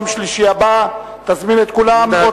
ביום שלישי הבא תזמין את כולם.